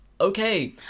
okay